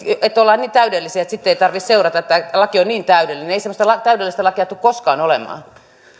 että ollaan niin täydellisiä että sitten ei tarvitse seurata että laki on niin täydellinen ei semmoista täydellistä lakia tule koskaan olemaan